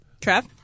Trav